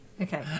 Okay